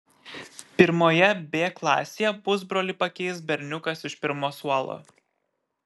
pirmoje b klasėje pusbrolį pakeis berniukas iš pirmo suolo